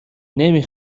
نمی